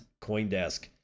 Coindesk